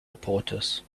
reporters